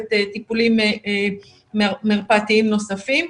תוספת טיפולים מרפאתיים נוספים.